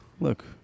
look